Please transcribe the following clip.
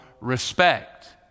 respect